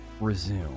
Resume